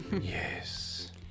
yes